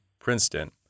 Princeton